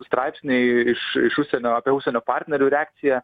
straipsniai iš iš užsienio apie užsienio partnerių reakciją